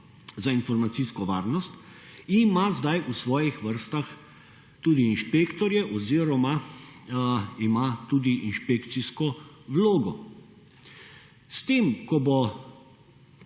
za informacijsko varnost ima sedaj v svojih vrstah tudi inšpektorje oziroma ima tudi inšpekcijsko vlogo. S tem, ko bo